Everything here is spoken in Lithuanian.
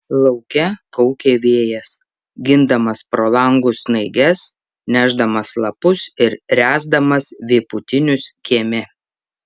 lauke kaukė vėjas gindamas pro langus snaiges nešdamas lapus ir ręsdamas vėpūtinius kieme